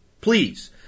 Please